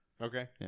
Okay